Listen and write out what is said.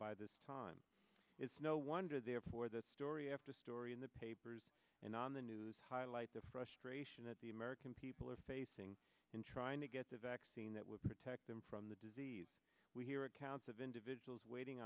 by this time it's no wonder therefore that story after story in the papers and on the news highlight the frustration that the american people are facing in trying to get a vaccine that would protect them from the disease we hear accounts of individuals waiting